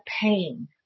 pain